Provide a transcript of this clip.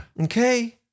Okay